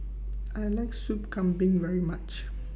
I like Sup Kambing very much